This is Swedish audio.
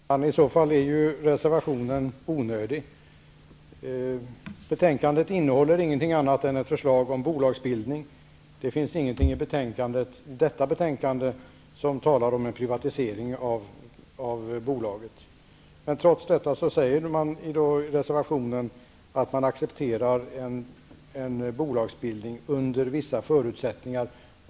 Herr talman! I så fall är ju reservationen onödig. Betänkandet innehåller ingenting annat än ett förslag om bolagsbildning. Det finns ingenting i detta betänkande som talar för en privatisering av bolaget. Trots detta säger man i reservationen att man accepterar en bolagsbildning under vissa förutsättningar.